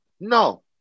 No